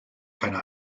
keine